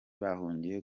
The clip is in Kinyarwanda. bahungiye